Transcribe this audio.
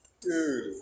Dude